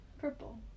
Purple